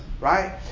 Right